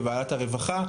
בוועדת הרווחה,